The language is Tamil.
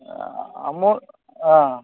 அமௌ ஆ